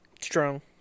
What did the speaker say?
Strong